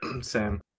Sam